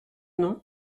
nom